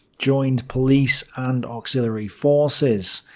joined police and auxiliary forces.